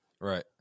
Right